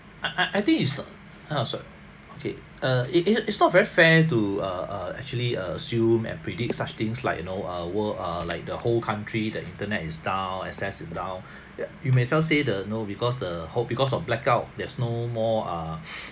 I I I think it's a so~ okay err it it it's not very fair to err err actually err assume and predict such things like you know err world err like the whole country that internet is down access is down the~ you might as well say the you know because the whole because of blackout there's no more err